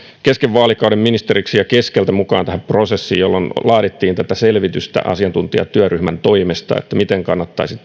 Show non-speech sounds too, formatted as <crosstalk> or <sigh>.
kesken vaalikauden ministeriksi ja keskeltä mukaan tähän prosessiin jolloin laadittiin asiantuntijatyöryhmän toimesta tätä selvitystä miten kannattaisi <unintelligible>